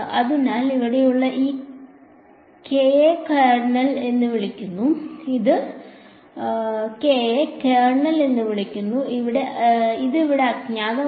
അതിനാൽ ഇവിടെയുള്ള ഈ കെയെ കേർണൽ എന്ന് വിളിക്കുന്നു ഇത് ഇവിടെ അജ്ഞാതമാണ്